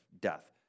death